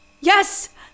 Yes